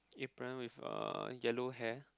apron with uh yellow hair